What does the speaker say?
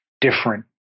different